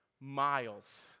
miles